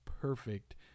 perfect